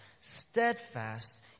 steadfast